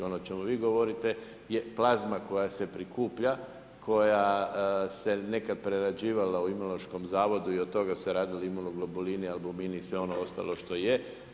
Ono o čemu vi govorite je plazma koja se prikuplja, koja se nekad prerađivala u Imunološkom zavodu i od toga se radili imunoglobulini, ... i sve ono ostalo što je.